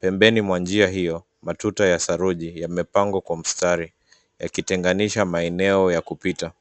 Pembeni mwa njia hiyo, matuta ya saruji yamepangwa kwa mstari, yakitenganisha maeneo ya kupita.